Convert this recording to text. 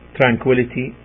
tranquility